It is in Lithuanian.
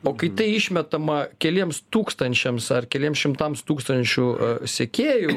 o kai tai išmetama keliems tūkstančiams ar keliems šimtams tūkstančių sekėjų